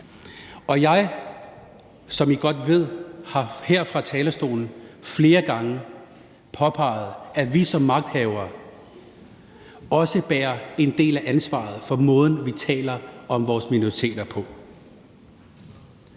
Og jeg har, som I godt ved, her fra talerstolen flere gange påpeget, at vi som magthavere også bærer en del af ansvaret for måden, vi taler om vores minoriteter på.